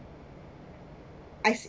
I